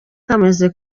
kameze